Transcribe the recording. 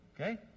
okay